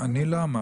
אני לודה